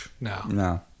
no